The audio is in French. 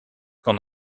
qu’en